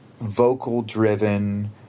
vocal-driven